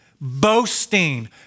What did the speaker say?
boasting